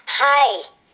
Hi